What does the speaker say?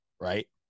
right